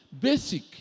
Basic